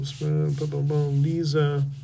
Lisa